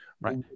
Right